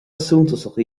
suntasach